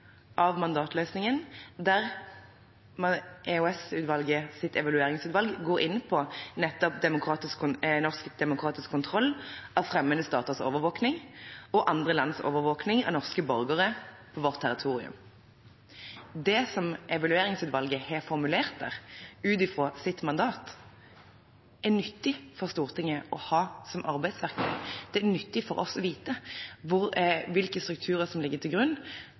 av fremmede staters overvåkning og andre lands overvåkning av norske borgere på vårt territorium. Det som Evalueringsutvalget har formulert der, ut ifra sitt mandat, er nyttig for Stortinget å ha som arbeidsverktøy. Det er nyttig for oss å vite hvilke strukturer som ligger til grunn